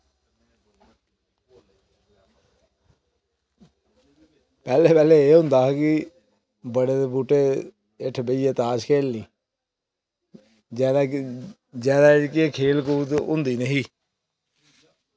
पैह्लें पैह्लें एह् होंदा हा कि बड़ै दे बूह्टै हेठ बेहियै ताश खेढ़नी जादै जेह्की खेल कूद होंदी नेही